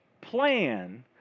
plan